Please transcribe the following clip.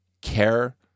care